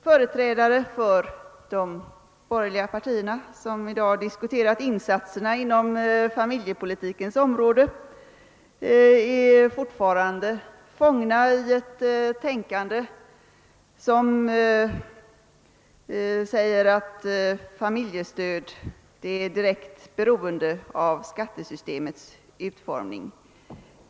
Företrädare för de borgerliga partierna som i dag diskuterat insatserna på familjepolitikens område är fortfarande fångna i ett tänkande enligt vilket familjestödet är direkt beroende av skattesystemets utformning.